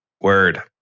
Word